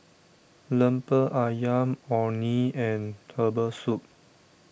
Lemper Ayam Orh Nee and Herbal Soup